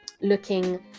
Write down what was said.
looking